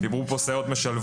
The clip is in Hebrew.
דיברו פה על סייעות משלבות,